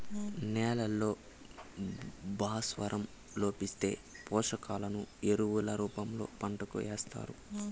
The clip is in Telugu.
నేలల్లో భాస్వరం లోపిస్తే, పోషకాలను ఎరువుల రూపంలో పంటకు ఏస్తారు